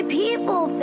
people